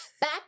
Back